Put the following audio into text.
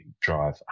drive